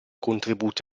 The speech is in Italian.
contributi